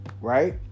right